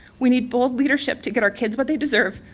we need both leadership to get our kids what they deserve.